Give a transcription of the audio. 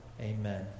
Amen